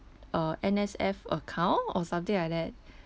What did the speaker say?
uh N_S_F account or something like that